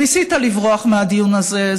ניסית לברוח מהדיון הזה,